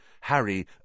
Harry